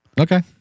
Okay